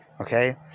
okay